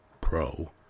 pro